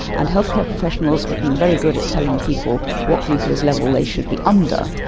and healthcare professionals have been very good at telling people what glucose level they should be under.